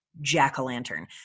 Jack-o-lantern